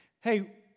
hey